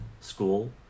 school